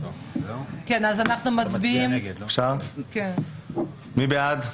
אנחנו מצביעים, מי בעד?